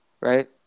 Right